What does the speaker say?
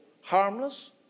harmless